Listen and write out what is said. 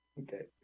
Okay